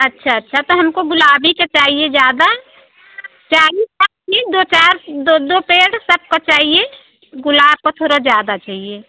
अच्छा अच्छा तो हमको गुलाब ही का ही चाहिए ज़्यादा चाहिए सब दो चार दो दो पेड़ सबका चाहिए गुलाब का थोड़ा ज़्यादा चाहिए